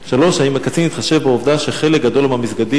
3. האם הקצין התחשב בעובדה שחלק גדול מהמסגדים,